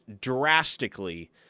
drastically